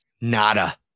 Nada